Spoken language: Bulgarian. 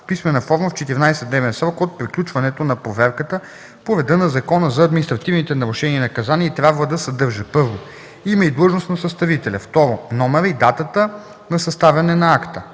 писмена форма в 14-дневен срок от приключването на проверката по реда на Закона за административните нарушения и наказания и трябва да съдържа: 1. име и длъжност на съставителя; 2. номера и датата на съставяне на акта;